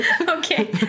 Okay